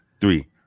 three